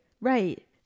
Right